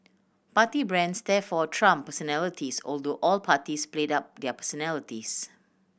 party brands therefore trumped personalities although all parties played up their personalities